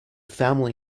family